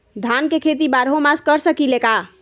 धान के खेती बारहों मास कर सकीले का?